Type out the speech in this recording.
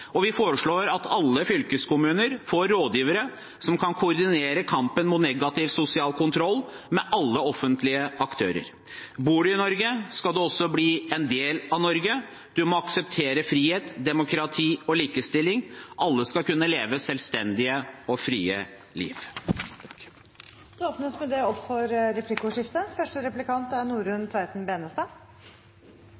og vi foreslår at alle fylkeskommuner får rådgivere som kan koordinere kampen mot negativ sosial kontroll med alle offentlige aktører. Bor du i Norge, skal du også bli en del av Norge. Du må akseptere frihet, demokrati og likestilling. Alle skal kunne leve et selvstendig og fritt liv. Det blir replikkordskifte. Det